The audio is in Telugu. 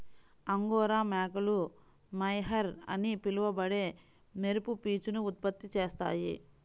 అంగోరా మేకలు మోహైర్ అని పిలువబడే మెరుపు పీచును ఉత్పత్తి చేస్తాయి